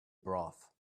broth